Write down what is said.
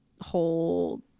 whole